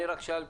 אני רק שאלתי.